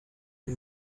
uyu